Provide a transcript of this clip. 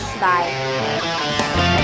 bye